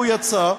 יצא,